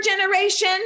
generation